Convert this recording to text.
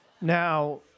Now